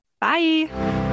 bye